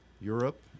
europe